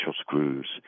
screws